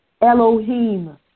Elohim